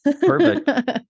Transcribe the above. Perfect